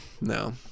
no